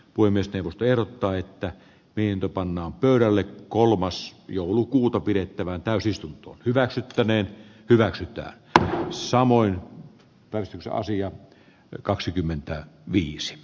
voimistelu terottaa että pientä pannaan pöydälle kolmas joulukuuta pidettävään täysistunto hyväksyttäneen hyväksyttyä ja samoin verotusasiat ja kaksikymmentä viisi